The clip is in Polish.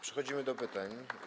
Przechodzimy do pytań.